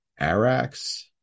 Arax